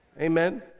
Amen